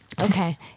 Okay